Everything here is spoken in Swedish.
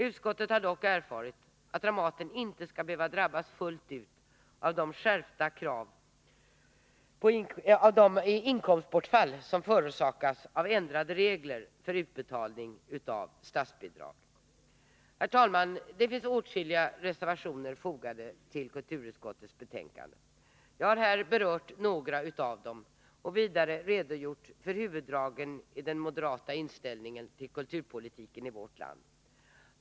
Utskottet har dock erfarit att Dramaten inte skall behöva drabbas fullt ut av de inkomstbortfall som förorsakas av ändrade regler för utbetalning av statsbidrag. Herr talman! Åtskilliga reservationer är fogade till kulturutskottets betänkande. Jag har här berört några av dem och vidare redogjort för huvuddragen i den moderata inställningen till kulturpolitiken i vårt land.